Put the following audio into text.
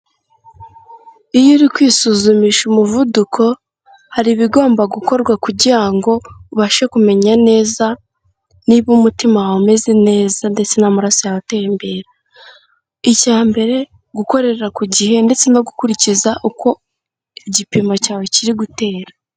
Iyo uri kwisuzumisha umuvuduko, hari ibigomba gukorwa kugira ngo ubashe kumenya neza niba umutima wawe umeze neza ndetse n'amaraso yawe atembera. Icya mbere, gukorera ku gihe ndetse no gukurikiza uko igipimo cyawe kiri gutera.